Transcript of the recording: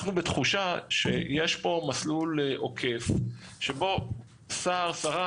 אנחנו בתחושה שיש פה מסלול עוקף שבו שר או שרה,